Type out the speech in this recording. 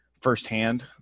firsthand